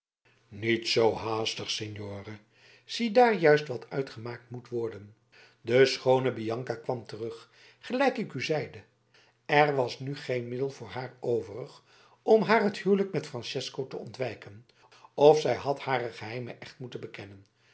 niet zoo haastig signore ziedaar juist wat uitgemaakt moet worden de schoone bianca kwam terug gelijk ik u zeide er was nu geen middel voor haar overig om het huwelijk met francesco te ontwijken of zij had haar geheimen echt moeten bekennen